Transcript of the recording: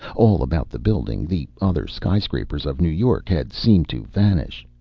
all about the building the other sky-scrapers of new york had seemed to vanish.